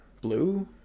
Blue